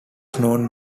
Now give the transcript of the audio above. known